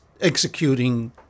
executing